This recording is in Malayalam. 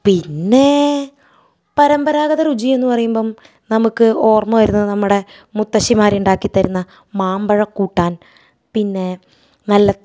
പിന്നെ പരമ്പരാഗത രുചീന്ന് പറയുമ്പം നമുക്ക് ഓർമ്മ വരുന്നത് നമ്മുടെ മുത്തശ്ശിമാരിണ്ടാക്കിത്തരുന്ന മാമ്പഴക്കൂട്ടാൻ പിന്നെ നല്ല